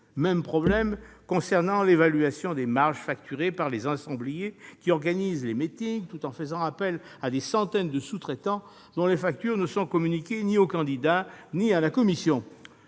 même problème s'agissant de l'évaluation des marges facturées par les « ensembliers » qui organisent les meetings tout en faisant appel à des centaines de sous-traitants dont les factures ne sont communiquées ni aux candidats ni à la Commission.